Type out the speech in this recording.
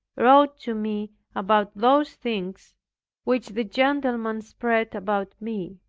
wrote to me about those things which the gentleman spread about me.